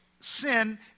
sin